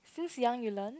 since young you learned